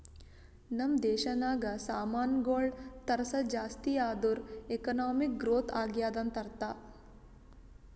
ನಮ್ ದೇಶನಾಗ್ ಸಾಮಾನ್ಗೊಳ್ ತರ್ಸದ್ ಜಾಸ್ತಿ ಆದೂರ್ ಎಕಾನಮಿಕ್ ಗ್ರೋಥ್ ಆಗ್ಯಾದ್ ಅಂತ್ ಅರ್ಥಾ